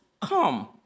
come